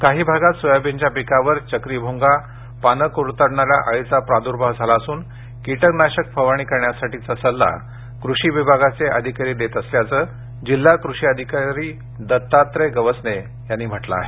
काही भागात सोयाबीनच्या पिकावर चक्री भूंगा पाने क्रतडणाऱ्या अळीचा प्रार्द्भाव झाला असून किटकनाशक फवारणी करण्यासाठीचा सल्ला कृषी विभागाचे अधिकारी शेतकऱ्यांना देत आहेत असे जिल्हा कृषी अधिक्षक अधिकारी दत्तात्रय गवसने यांनी म्हटलं आहे